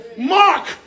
Mark